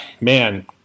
man